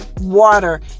water